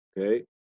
Okay